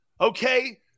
okay